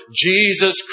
Jesus